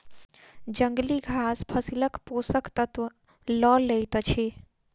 जंगली घास फसीलक पोषक तत्व लअ लैत अछि